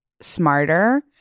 smarter